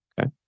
Okay